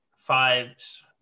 Fives